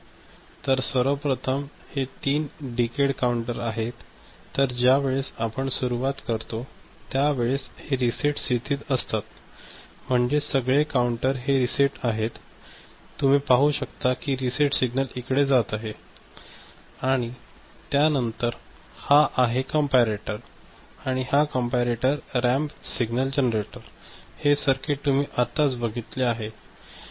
तर सर्वप्रथम हे तीन डीकेड काउंटर आहेत तर ज्या वेळेस आपण सुरुवात करतो त्या वेळेस हे रीसेट स्थितीत असतात म्हणजे सगळे काउंटर हे रीसेट आहेत तुम्ही शकता कि रीसेट सिग्नल इकडे जात आहे आणि त्या नंतर हा आहे कॅम्पारेटर आणि हा आहे रॅम्प सिग्नल जनरेटर हे सर्किट तुम्ही आत्ताच बघितले आहे